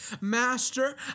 Master